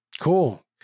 cool